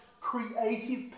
creative